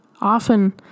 often